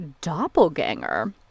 doppelganger